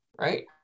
Right